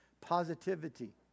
positivity